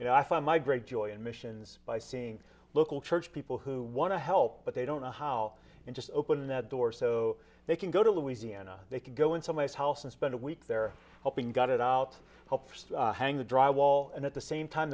you know i find my great joy in missions by seeing local church people who want to help but they don't know how and just open that door so they can go to louisiana they can go in some nice house and spend a week there helping got it out helps hang the dry wall and at the same time